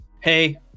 Hey